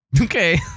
okay